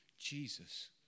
Jesus